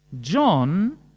John